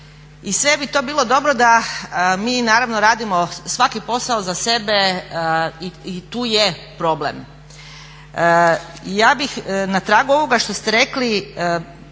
I sve bi to bilo dobro da mi naravno radimo svaki posao za sebe i tu je problem. Ja bih na tragu ovoga što ste rekli